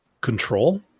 control